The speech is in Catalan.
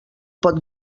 pot